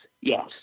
Yes